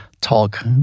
talk